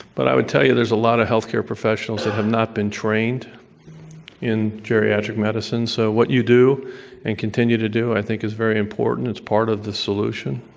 but i would tell you there's a lot of healthcare professionals who have not been trained in geriatric medicine. so what you do and continue to do i think is very important. it's part of the solution.